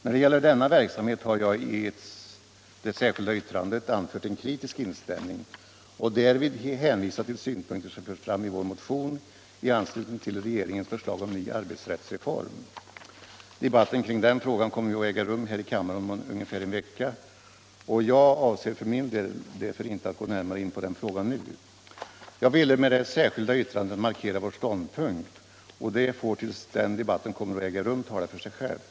När det gäller denna verksamhet har jag i det särskilda yttrandet anfört en kritisk inställning och därvid hänvisat till synpunkter som förts fram i vår motion i anslutning till regeringens förslag om ny arbetsrättsreform. Debatten kring den frågan kommer ju att äga rum här i kammaren om | ungefär en vecka, och jag avser därför inte att gå närmare in på den frågan nu. Jag ville med det särskilda yttrandet markera vår ståndpunkt, och detta får tills debatten äger rum tala för sig självt.